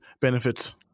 benefits